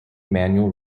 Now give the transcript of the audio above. manual